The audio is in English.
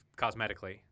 cosmetically